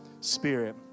spirit